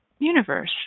universe